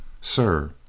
Sir